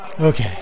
Okay